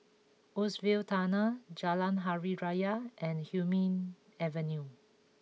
Woodsville Tunnel Jalan Hari Raya and Hume Avenue